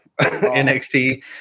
NXT